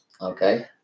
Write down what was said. Okay